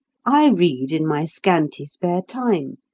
i read in my scanty spare time,